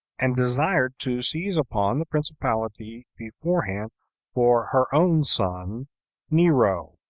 and desired to seize upon the principality beforehand for her own son nero,